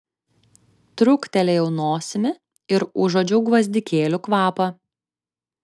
truktelėjau nosimi ir užuodžiau gvazdikėlių kvapą